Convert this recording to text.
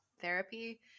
therapy